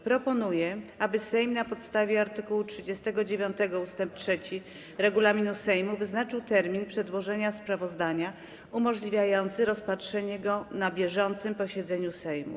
Proponuję, aby Sejm na podstawie art. 39 ust. 3 regulaminu Sejmu wyznaczył termin przedłożenia sprawozdania umożliwiający rozpatrzenie go na bieżącym posiedzeniu Sejmu.